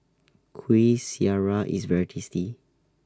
Kuih Syara IS very tasty